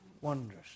wondrous